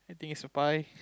think is a pie